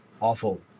Awful